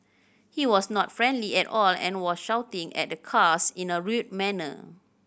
he was not friendly at all and was shouting at the cars in a rude manner